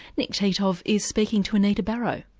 nick titov is speaking to anita barraud.